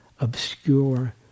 obscure